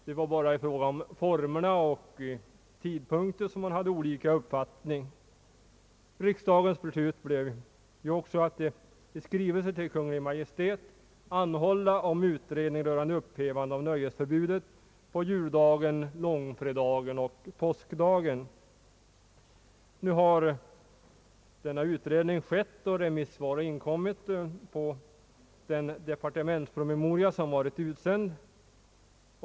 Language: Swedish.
Det var bara i fråga om formerna och tidpunkten som olika uppfattningar framfördes. Riksdagen beslöt också att i skrivelse till Kungl. Maj:t anhålla om utredning rörande upphävande av nöjesförbudet på juldagen, långfredagen och påskdagen. Nu har denna utredning skett och remissvar har inkommit på den departementspromemoria som varit utsänd.